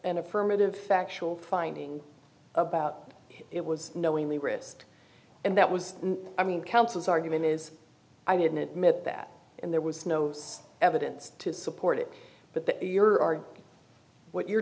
an affirmative factual finding about it was knowingly wrist and that was i mean counsel's argument is i didn't admit that and there was no evidence to support it but that you're what you're